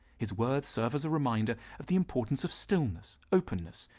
his words serve as a reminder of the importance of stillness, openness,